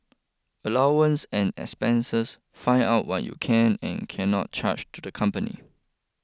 allowance and expenses find out what you can and cannot charge to the company